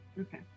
Okay